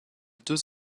deux